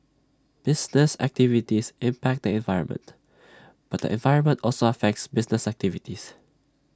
business activities impact the environment but the environment also affects business activities